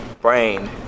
brain